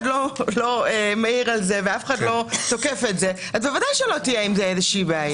לא מעיר על זה או תוקף את זה אז בוודאי שלא תהיה עם זה איזושהי בעיה.